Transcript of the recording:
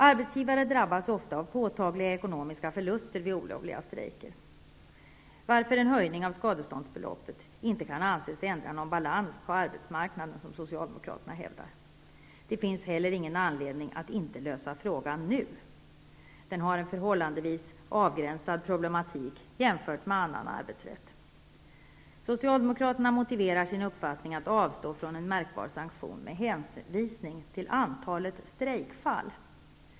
Arbetsgivare drabbas ofta av påtagliga ekonomiska förluster vid olovliga strejker, varför en höjning av skadeståndsbeloppet inte kan anses ändra någon balans på arbetsmarknaden som Socialdemokraterna hävdar. Det finns heller ingen anledning att inte lösa frågan nu. Den har en förhållandevis avgränsad problematik jämfört med annan arbetsrätt. Socialdemokraterna motiverar sin uppfattning att avstå från en märkbar sanktion med hänvisning till antalet strejkfall.